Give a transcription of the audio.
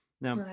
Now